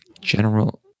general